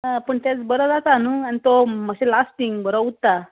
आ पूण तेंच बरो जाता न्हू आनी तो मातशें लास्टींग बरो उरता